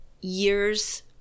years